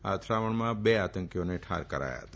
આ અથડામણમાં બે આતંકીઓને ઠાર કરાયા હતા